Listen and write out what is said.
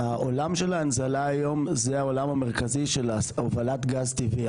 העולם של ההנזלה היום זה העולם המרכזי של הובלת גז טבעי.